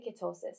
ketosis